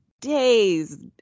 days